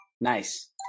Nice